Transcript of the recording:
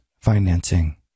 financing